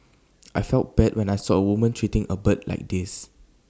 I felt bad when I saw A woman treating A bird like this